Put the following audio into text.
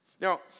Now